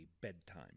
bedtime